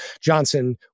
Johnson